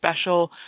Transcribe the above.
special